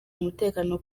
umutekano